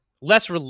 Less